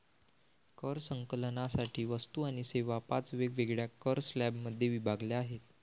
कर संकलनासाठी वस्तू आणि सेवा पाच वेगवेगळ्या कर स्लॅबमध्ये विभागल्या आहेत